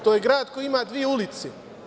To je grad koji ima dve ulice.